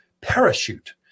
parachute